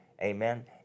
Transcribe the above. Amen